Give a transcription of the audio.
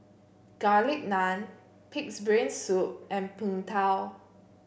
Garlic Naan Pig's Brain Soup and Png Tao